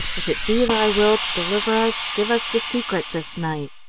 if it be thy will to deliver us, give us the secret this night!